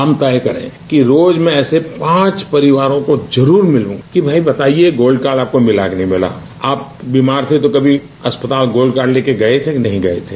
हम तय करेंगे कि रोज मैं ऐसे पांच परिवारों को जरूर मिलू कि भाई बताईये गोल्ड कार्ड आपको मिला की नहीं आप बीमार थे तो कभी अस्पताल गोल्ड कार्ड लेकर गये थे कि नहीं गये थे